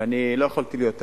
ואני לא יכולתי להיות אדיש.